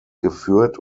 geführt